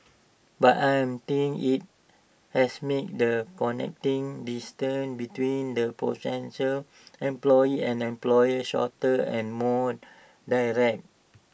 but I think IT has made the connecting distance between the potential employee and employer shorter and more direct